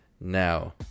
now